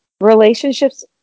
relationships